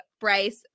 Bryce